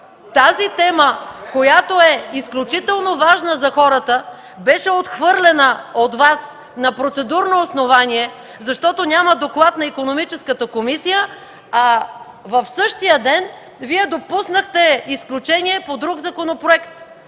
тази тема, която е изключително важна за хората, беше отхвърлена от Вас на процедурно основание, защото няма доклад на Икономическата комисия, а в същия ден Вие допуснахте изключение по друг законопроект?!